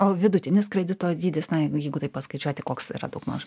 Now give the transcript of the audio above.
o vidutinis kredito dydis na jeigu jeigu taip paskaičiuoti koks yra daugmaž